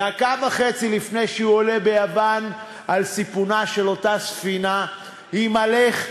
דקה וחצי לפני שהוא עולה ביוון על סיפונה של אותה ספינה: הימלך בדעתך,